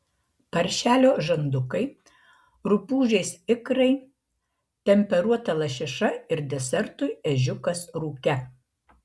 paršelio žandukai rupūžės ikrai temperuota lašiša ir desertui ežiukas rūke